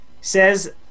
says